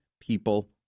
people